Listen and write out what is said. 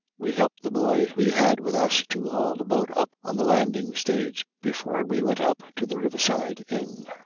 we helped the boy we had with us to haul the boat up on the landing-stage before we went up to the riverside inn,